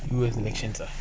U_S elections ah